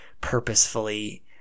purposefully